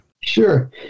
Sure